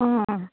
अँ